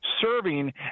serving